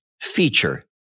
feature